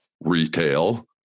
retail